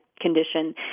condition